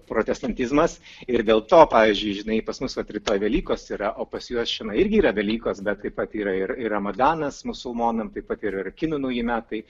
protestantizmas ir dėl to pavyzdžiui žinai pas mus vat rytoj velykos yra o pas juos čionai irgi yra velykos bet taip pat yra ir ir ramadanas musulmonam taip pat ir kinų nauji metai